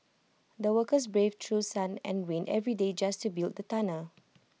the workers braved through sun and rain every day just to build the tunnel